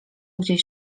gdzieś